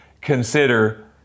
consider